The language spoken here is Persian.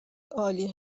عالی